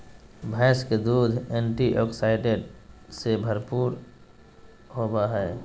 भैंस के दूध एंटीऑक्सीडेंट्स से भरपूर होबय हइ